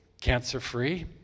cancer-free